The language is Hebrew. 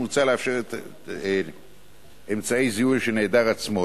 מוצע לאפשר נטילת אמצעי זיהוי של הנעדר עצמו,